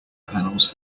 panels